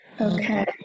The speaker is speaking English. okay